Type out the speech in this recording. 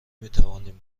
میتوانیم